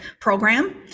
program